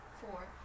four